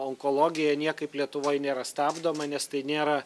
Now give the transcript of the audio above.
onkologija niekaip lietuvoj nėra stabdoma nes tai nėra